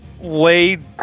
laid